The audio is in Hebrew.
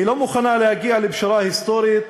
היא לא מוכנה להגיע לפשרה היסטורית,